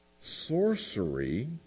sorcery